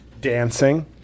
dancing